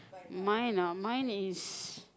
mine ah mine is